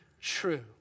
true